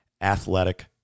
athletic